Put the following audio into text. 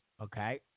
okay